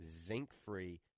Zinc-Free